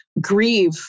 grieve